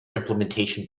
implementation